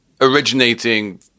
originating